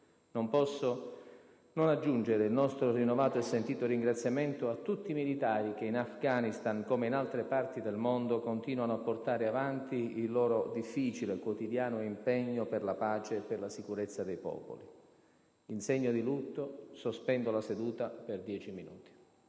Non posso non aggiungere il nostro rinnovato e sentito ringraziamento a tutti i militari che in Afghanistan, come in altre parti del mondo, continuano a portare avanti il loro difficile, quotidiano impegno per la pace e per la sicurezza dei popoli. In segno di lutto sospendo la seduta per 10 minuti.